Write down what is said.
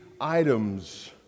items